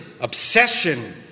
obsession